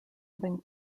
living